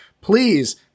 Please